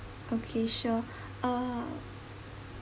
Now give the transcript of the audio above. okay sure uh